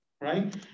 right